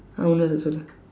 I want to listen